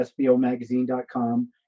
sbomagazine.com